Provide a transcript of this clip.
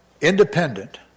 independent